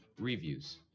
reviews